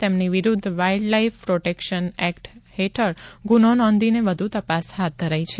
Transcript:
તેમની વિરૂધ્ધ wildlife protection act હેઠળ ગુન્હો નોંધી વધુ તપાસ હાથ ધરાઈ છે